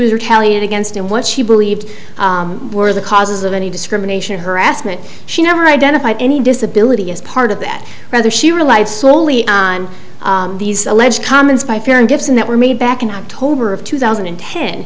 was retaliation against and what she believed were the causes of any discrimination harassment she never identified any disability as part of that rather she relied solely on these alleged comments by fair and gibson that were made back in october of two thousand and ten